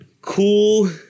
Cool